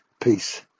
peace